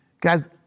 Guys